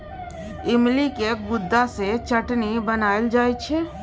इमलीक गुद्दा सँ चटनी बनाएल जाइ छै